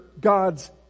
God's